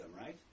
right